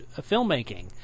filmmaking